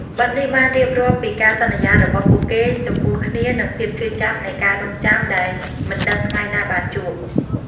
បទនេះបានរៀបរាប់ពីការសន្យារបស់ពួកគេចំពោះគ្នានិងភាពឈឺចាប់នៃការរង់ចាំដែលមិនដឹងថ្ងៃណាបានជួប។